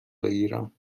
بگیرم